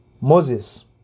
Moses